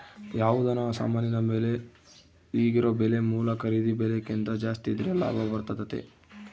ಯಾವುದನ ಸಾಮಾನಿನ ಬೆಲೆ ಈಗಿರೊ ಬೆಲೆ ಮೂಲ ಖರೀದಿ ಬೆಲೆಕಿಂತ ಜಾಸ್ತಿದ್ರೆ ಲಾಭ ಬರ್ತತತೆ